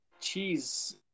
Cheese